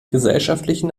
gesellschaftlichen